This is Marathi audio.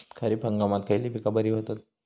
खरीप हंगामात खयली पीका बरी होतत?